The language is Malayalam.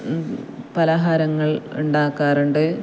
പലഹാരങ്ങൾ ഉണ്ടാക്കാറുണ്ട്